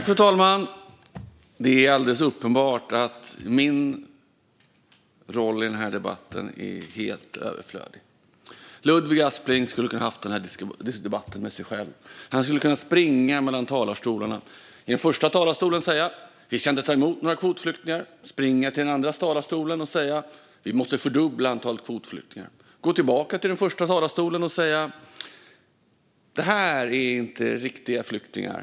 Fru talman! Det är alldeles uppenbart att min roll i den här debatten är helt överflödig. Ludvig Aspling skulle kunna ha debatten med sig själv. Han skulle kunna springa mellan talarstolarna och i den första talarstolen säga: Vi ska inte ta emot några kvotflyktingar. Sedan skulle han springa till den andra talarstolen och säga: Vi måste fördubbla antalet kvotflyktingar. Han skulle sedan gå tillbaka till den första talarstolen och säga: Det här är inte riktiga flyktingar.